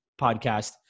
podcast